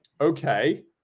Okay